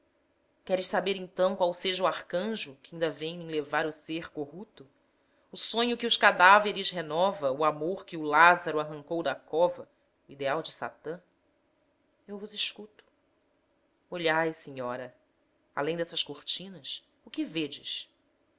queres saber então qual seja o arcanjo que inda vem m'enlevar o ser corruto o sonho que os cadáveres renova o amor que o lázaro arrancou da cova o ideal de satã eu vos escuto olhai signora além dessas cortinas o que vedes